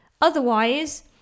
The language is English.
Otherwise